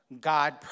God